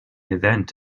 event